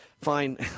fine